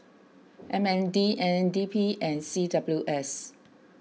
M N D N D P and C W S